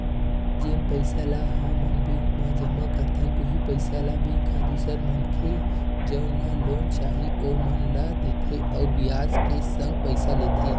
जेन पइसा ल हमन बेंक म जमा करथन उहीं पइसा ल बेंक ह दूसर मनखे जउन ल लोन चाही ओमन ला देथे अउ बियाज के संग पइसा लेथे